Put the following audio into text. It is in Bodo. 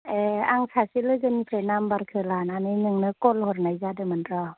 ए आं सासे लोगोनिफ्राय नाम्बारखौ लानानै नोंनो कल हरनाय जादोंमोन र'